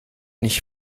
nicht